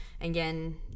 Again